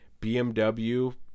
BMW